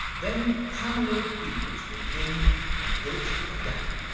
then a family of beavers moved in and built a dam.